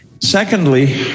Secondly